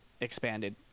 expanded